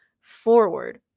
forward